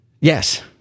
Yes